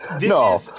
No